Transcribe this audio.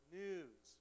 news